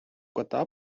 кота